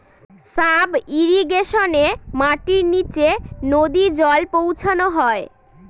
sub ইর্রিগেশনে মাটির নীচে নদী জল পৌঁছানো হয়